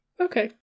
okay